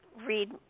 read